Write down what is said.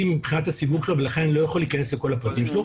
מבחינת הסיווג שלו ולכן אני לא יכול להיכנס לכל הפרטים שלו,